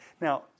Now